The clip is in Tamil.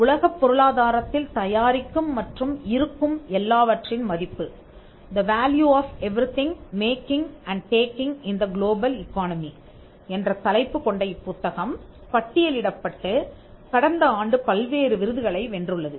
உலகப் பொருளாதாரத்தில் தயாரிக்கும் மற்றும் இருக்கும் எல்லாவற்றின் மதிப்புThe Value of Everything Making and Taking in the Global Economy என்ற தலைப்பு கொண்ட இப்புத்தகம் பட்டியலிடப்பட்டு கடந்த ஆண்டு பல்வேறு விருதுகளை வென்றுள்ளது